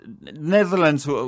Netherlands